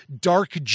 dark